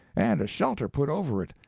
and a shelter put over it,